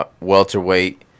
welterweight